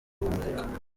guhumeka